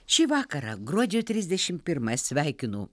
šį vakarą gruodžio trisdešim pirmą sveikinu